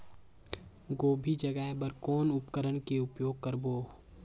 गोभी जगाय बर कौन उपकरण के उपयोग करबो?